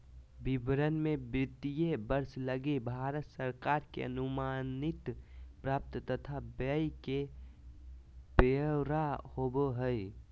विवरण मे वित्तीय वर्ष लगी भारत सरकार के अनुमानित प्राप्ति तथा व्यय के ब्यौरा होवो हय